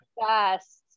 best